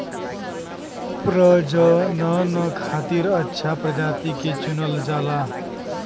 प्रजनन खातिर अच्छा प्रजाति के चुनल जाला